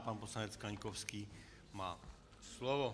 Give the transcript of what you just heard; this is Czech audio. Pan poslanec Kaňkovský má slovo.